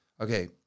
Okay